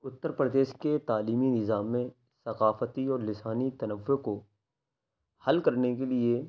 اتر پردیش کے تعلیمی نظام میں ثقافتی اور لسانی تنوع کو حل کرنے کے لیے